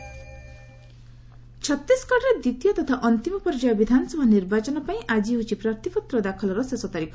Chhattisgarh poll ଛତିଶଗଡ଼ରେ ଦ୍ୱିତୀୟ ତଥା ଅନ୍ତିମ ପର୍ଯ୍ୟାୟ ବିଧାନସଭା ନିର୍ବାଚନ ପାଇଁ ଆଜି ହେଉଛି ପ୍ରାର୍ଥୀପତ୍ର ଦାଖଲର ଶେଷ ତାରିଖ